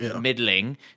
middling